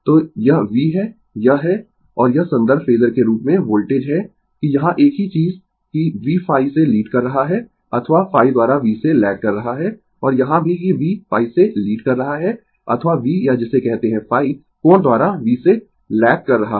तो यह V है यह है और यह संदर्भ फेजर के रूप में वोल्टेज है कि यहाँ एक ही चीज कि v ϕ से लीड कर रहा है अथवा ϕ द्वारा V से लैग कर रहा है और यहाँ भी कि v ϕ से लीड कर रहा है अथवा v या जिसे कहते है ϕ कोण द्वारा V से लैग कर रहा है